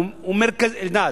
אלדד.